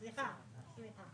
סליחה, סליחה.